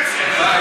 ימשיך אדוני.